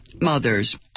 mother's